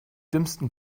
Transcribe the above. dümmsten